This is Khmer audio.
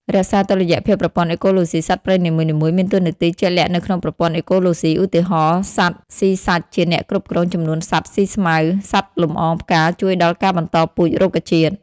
រក្សាតុល្យភាពប្រព័ន្ធអេកូឡូស៊ី សត្វព្រៃនីមួយៗមានតួនាទីជាក់លាក់នៅក្នុងប្រព័ន្ធអេកូឡូស៊ី (ឧទាហរណ៍ សត្វស៊ីសាច់ជាអ្នកគ្រប់គ្រងចំនួនសត្វស៊ីស្មៅ សត្វលំអងផ្កាជួយដល់ការបន្តពូជរុក្ខជាតិ)។